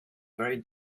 very